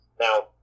Now